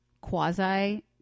quasi